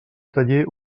taller